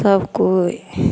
सभ कोइ